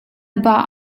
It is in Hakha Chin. bah